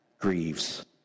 grieves